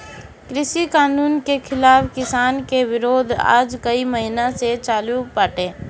कृषि कानून के खिलाफ़ किसान के विरोध आज कई महिना से चालू बाटे